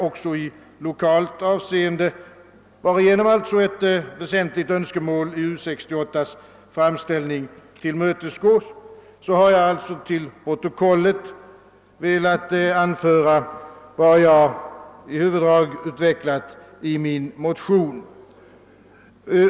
också i lokalt avseende, varigenom ett väsentligt önskemål av dem som framställts i U 68: tillmötesgås, har jag till protokollet velat anföra vad jag i huvuddrag utvecklat i min motion...